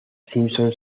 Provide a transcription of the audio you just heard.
simpson